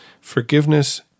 forgiveness